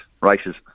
races